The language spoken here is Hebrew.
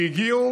שהגיעו